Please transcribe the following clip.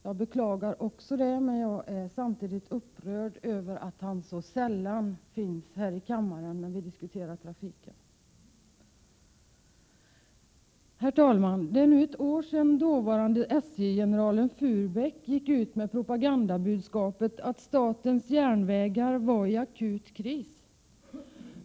Jag beklagar detta och är upprörd över att han så sällan finns här i kammaren när vi diskuterar trafikfrågor. Herr talman! Det är nu ett år sedan dåvarande SJ-generalen Furbäck gick ut med propagandabudskapet att SJ var i akut kris.